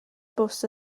bws